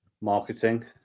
Marketing